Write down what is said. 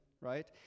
right